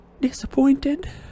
Disappointed